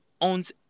owns